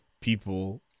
people